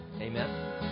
Amen